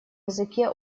языке